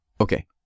okay